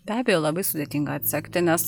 be abejo labai sudėtinga atsekti nes